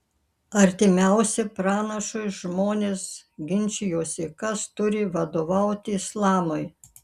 artimiausi pranašui žmonės ginčijosi kas turi vadovauti islamui